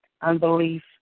unbelief